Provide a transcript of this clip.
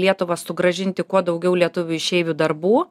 lietuvą sugrąžinti kuo daugiau lietuvių išeivių darbų